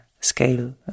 scale